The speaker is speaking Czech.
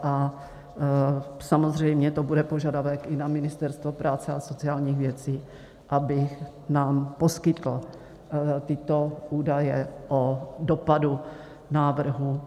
A samozřejmě to bude požadavek i na Ministerstvo práce a sociálních věcí, aby nám poskytlo tyto údaje o dopadu návrhu.